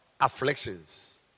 afflictions